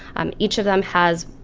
um each of them has,